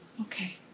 Okay